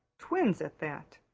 twins, at that.